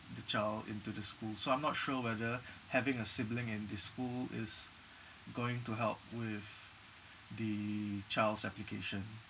the child into the school so I'm not sure whether having a sibling in this school is going to help with the child's application